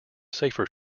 safer